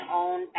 own